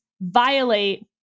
violate